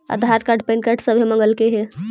आधार card PAN card सभे मगलके हे?